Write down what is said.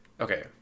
Okay